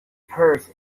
purse